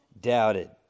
doubted